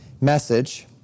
message